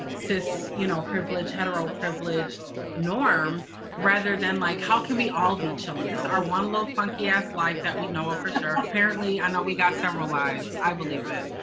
cis, you know, privilege, hetero privileged norm rather than like, how can we all be chillin'? this our one little funky ass life, that we know for sure. apparently, i know we got several lives. i believe it.